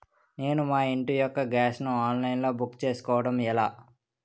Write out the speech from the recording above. నేను మా ఇంటి యెక్క గ్యాస్ ను ఆన్లైన్ లో బుక్ చేసుకోవడం ఎలా?